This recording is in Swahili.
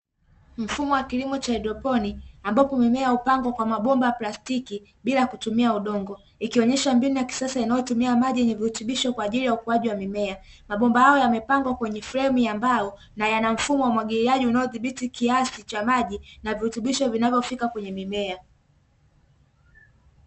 Mfumo wa kilimo cha haidroponi ambapo mimea hupandwa kwa mabomba ya plastiki bila kutumia udongo, ikionyesha mbinu ya kisasa inayo tumia maji yenye virutubisho kwa ajili ya ukuaji wa mimea. Mabomba hayo yamepangwa kwenye fremu ya mbao na yana mfumo wa umwagiliaji unao dhibiti kiasi cha maji na virutubusho vinavyofika kwenye mimea.